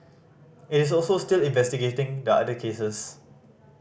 it is also still investigating the other cases